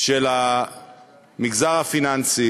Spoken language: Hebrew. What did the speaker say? של המגזר הפיננסי